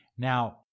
Now